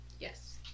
Yes